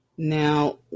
Now